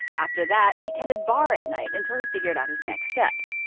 after that, he tended bar at night until he figured out his next steps.